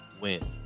win